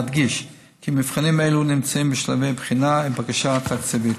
נדגיש כי מבחנים אלו נמצאים בשלבי בחינה ובקשה תקציבית.